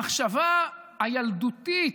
המחשבה הילדותית,